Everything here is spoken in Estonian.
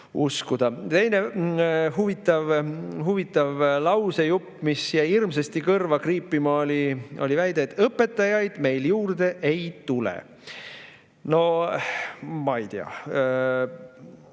Teine huvitav lausejupp, mis jäi hirmsasti kõrva kriipima, oli väide, et õpetajaid meil juurde ei tule. No ma ei tea.